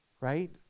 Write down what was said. right